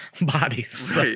bodies